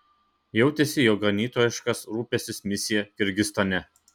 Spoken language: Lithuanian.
jautėsi jo ganytojiškas rūpestis misija kirgizstane